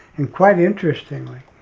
and quite interestingly,